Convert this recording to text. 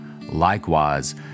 Likewise